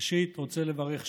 ראשית אני רוצה לברך שוב,